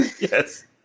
Yes